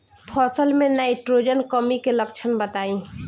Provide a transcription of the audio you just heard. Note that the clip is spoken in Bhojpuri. फसल में नाइट्रोजन कमी के लक्षण बताइ?